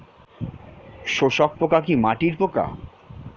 শোষক পোকা কি মাটির পোকা?